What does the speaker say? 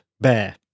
Bear